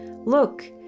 Look